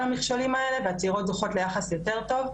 המכשולים האלה והצעירות זוכות ליחס יותר טוב,